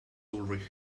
ulrich